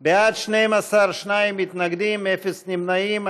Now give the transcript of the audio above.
בעד, 10, נגד, 2, אין נמנעים.